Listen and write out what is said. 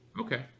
Okay